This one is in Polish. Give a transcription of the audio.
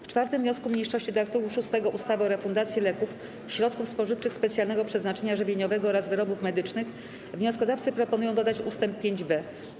W 4. wniosku mniejszości do art. 6 ustawy o refundacji leków, środków spożywczych specjalnego przeznaczenia żywieniowego oraz wyrobów medycznych wnioskodawcy proponują dodać ust. 5b.